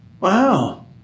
Wow